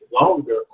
longer